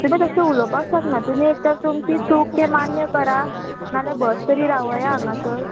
तुमी तशें उलोवपाक शकना तुमी एक तर तुमची चूक तें मान्य करा नाल्यार बस तरी रावया हांगासर